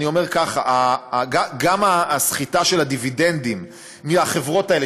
אני אומר כך: הסחיטה של הדיבידנדים מהחברות האלה,